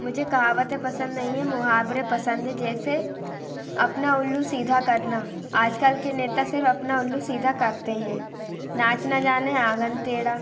मुझे कहावतें पसंद नहीं है मुहावरे पसंद है जैसे अपना उल्लू सीधा करना आज कल के नेता सिर्फ़ अपना उल्लू सीधा करते हैं नाच ना जाने ऑंगन टेढ़ा